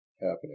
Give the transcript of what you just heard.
happening